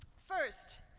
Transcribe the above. first,